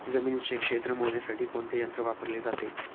जमिनीचे क्षेत्र मोजण्यासाठी कोणते यंत्र वापरले जाते?